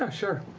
ah sure.